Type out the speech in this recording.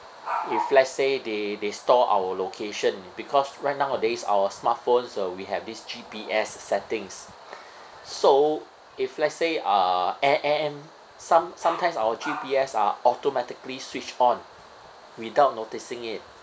if let's say they they store our location because right nowadays our smartphones uh we have these G_P_S settings so if let's say uh and and and some~ sometimes our G_P_S are automatically switched on without noticing it